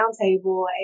Roundtable